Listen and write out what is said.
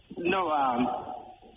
No